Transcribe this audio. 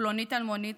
פלונית אלמונית,